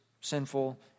sinful